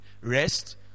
rest